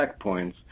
checkpoints